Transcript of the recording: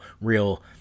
real